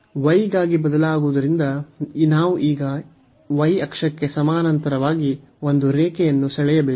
y ಗಾಗಿ ಬದಲಾಗುವುದರಿಂದ ನಾವು ಈಗ y ಅಕ್ಷಕ್ಕೆ ಸಮಾನಾಂತರವಾಗಿ ಒಂದು ರೇಖೆಯನ್ನು ಸೆಳೆಯಬೇಕು